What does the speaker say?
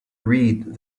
read